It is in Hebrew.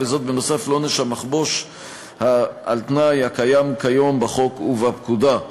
נוסף על עונש המחבוש על-תנאי הקיים כיום בחוק ובפקודה.